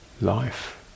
life